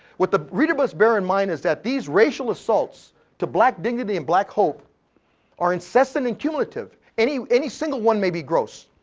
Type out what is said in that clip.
what the reader must bear in mind is that these racial assaults to black dignity and black hope are incessant and cumulative. any any single one may be gross.